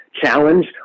challenge